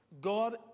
god